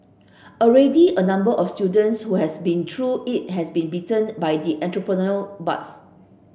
already a number of students who has been through it has been bitten by the entrepreneurial bugs